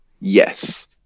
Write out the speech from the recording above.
Yes